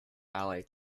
ally